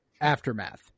Aftermath